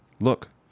Look